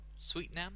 Sweetnam